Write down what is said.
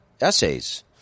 essays